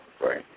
Right